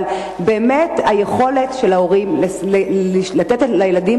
אבל באמת היכולת של ההורים לתת לילדים